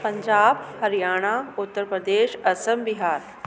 Punjab Haryana Uttar Pradesh Assam Bihar